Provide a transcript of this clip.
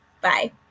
Bye